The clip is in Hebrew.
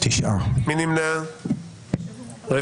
9 נמנעים, 1 לא אושרה.